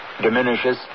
diminishes